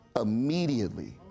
immediately